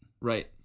Right